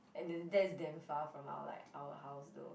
and then that's damn far from our like our house though